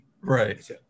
Right